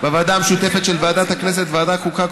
בוועדה המשותפת של ועדת הכנסת וועדת החוקה,